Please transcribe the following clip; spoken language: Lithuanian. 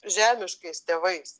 žemiškais tėvais